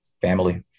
family